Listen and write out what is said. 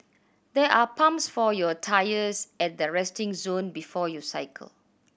there are pumps for your tyres at the resting zone before you cycle